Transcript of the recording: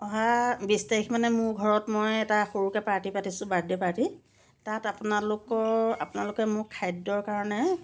অহা বিশ তাৰিখ মানে মোৰ ঘৰত মই এটা সৰুকে পাৰ্টী পাটিছোঁ বাৰ্থডে পাৰ্টী তাত আপোনালোকৰ আপোনালোকে মোক খাদ্যৰ কাৰণে